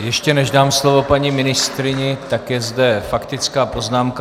Ještě než dám slovo paní ministryni, tak je zde faktická poznámka.